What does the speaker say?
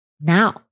Now